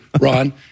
Ron